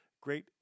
Great